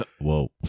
whoa